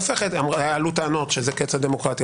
עלו טענות שזה קץ הדמוקרטיה,